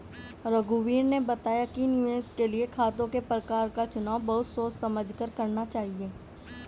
रघुवीर ने बताया कि निवेश के लिए खातों के प्रकार का चुनाव बहुत सोच समझ कर करना चाहिए